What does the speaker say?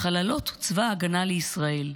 חללות צבא ההגנה לישראל,